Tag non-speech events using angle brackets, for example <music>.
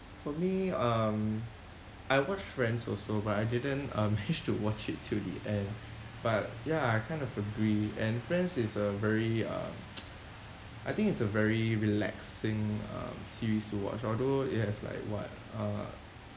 for me um I watch friends also but I didn't um manage to watch it till the end but ya I kind of agree and friends is a very um <noise> I think it's a very relaxing um series to watch although it has like what uh